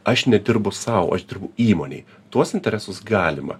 aš nedirbu sau aš dirbu įmonei tuos interesus galima